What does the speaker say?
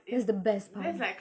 it's the best part